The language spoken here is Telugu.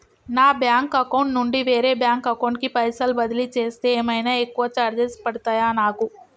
నా బ్యాంక్ అకౌంట్ నుండి వేరే బ్యాంక్ అకౌంట్ కి పైసల్ బదిలీ చేస్తే ఏమైనా ఎక్కువ చార్జెస్ పడ్తయా నాకు?